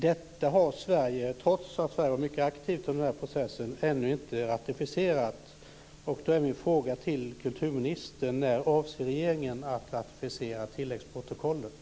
Detta har Sverige, trots att Sverige var mycket aktivt under denna process, ännu inte ratificerat. Då är min fråga till kulturministern: När avser regeringen att ratificera tilläggsprotokollet?